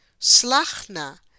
slachna